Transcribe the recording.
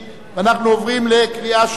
אנחנו עוברים לקריאה שלישית.